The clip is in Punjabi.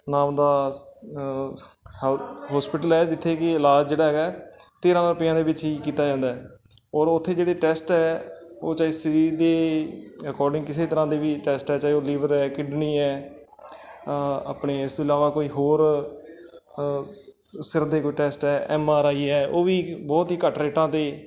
ਨਾਮ ਦਾ ਹੋਸਪਿਟਲ ਹੈ ਜਿੱਥੇ ਕਿ ਇਲਾਜ ਜਿਹੜਾ ਹੈਗਾ ਹੈ ਤੇਰ੍ਹਾਂ ਰੁਪਇਆ ਦੇ ਵਿੱਚ ਹੀ ਕੀਤਾ ਜਾਂਦਾ ਹੈ ਔਰ ਉੱਥੇ ਜਿਹੜੇ ਟੈਸਟ ਹੈ ਉਹ ਚਾਹੇ ਸਰੀਰ ਦੇ ਅਕੋਰਡਿੰਗ ਕਿਸੇ ਤਰ੍ਹਾਂ ਦੇ ਵੀ ਟੈਸਟ ਹੈ ਚਾਹੇ ਉਹ ਲੀਵਰ ਹੈ ਕਿਡਨੀ ਹੈ ਆਪਣੇ ਇਸ ਤੋਂ ਇਲਾਵਾ ਕੋਈ ਹੋਰ ਸਿਰ ਦੇ ਕੋਈ ਟੈਸਟ ਹੈ ਐਮ ਆਰ ਆਈ ਹੈ ਉਹ ਵੀ ਬਹੁਤ ਹੀ ਘੱਟ ਰੇਟਾਂ 'ਤੇ